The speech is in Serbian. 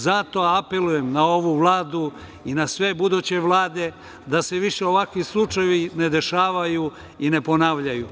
Zato apelujem na ovu Vladu i na sve buduće Vlade da se više ovakvi slučajevi ne dešavaju i ne ponavljaju.